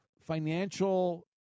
financial